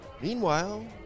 Meanwhile